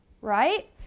right